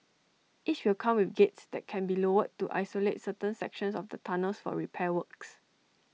each will come with gates that can be lowered to isolate certain sections of the tunnels for repair works